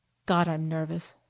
god, i'm nervous!